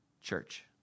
Church